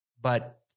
But-